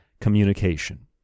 communication